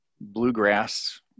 bluegrass